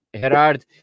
Gerard